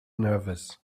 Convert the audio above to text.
nervous